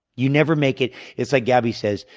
you never make it it's like gabby says,